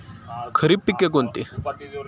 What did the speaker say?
खरीप पिके कोणती?